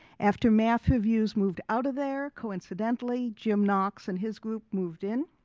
after math reviews moved out of there, coincidentally jim knox and his group moved in.